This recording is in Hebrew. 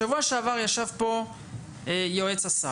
שבוע שעבר ישב פה יועץ השר,